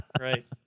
right